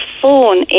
phone